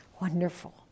wonderful